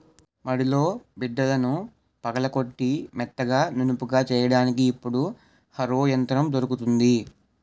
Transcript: మడిలో బిడ్డలను పగలగొట్టి మెత్తగా నునుపుగా చెయ్యడానికి ఇప్పుడు హరో యంత్రం దొరుకుతుంది